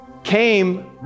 came